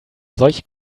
solche